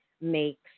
makes